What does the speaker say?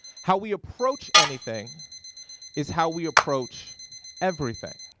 how we approach anything is how we approach everything.